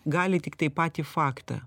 gali tiktai patį faktą